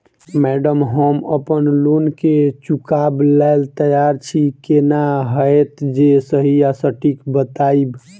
Madam हम अप्पन loan केँ चुकाबऽ लैल तैयार छी केना हएत जे सही आ सटिक बताइब?